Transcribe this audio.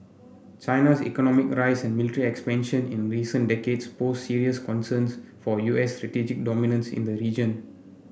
China's economic rise and military expansion in recent decades pose serious concerns for U S strategic dominance in the region